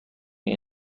این